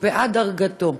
הוקפאה דרגתו,